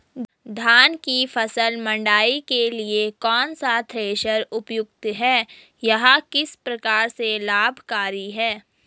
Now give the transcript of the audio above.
धान की फसल मड़ाई के लिए कौन सा थ्रेशर उपयुक्त है यह किस प्रकार से लाभकारी है?